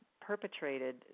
perpetrated